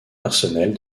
personnels